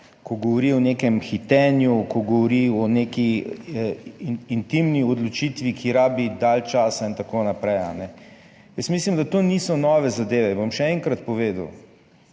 ko govori o nekem hitenju, ko govori o neki intimni odločitvi, ki rabi dalj časa in tako naprej. Jaz mislim, da to niso nove zadeve, bom še enkrat povedal,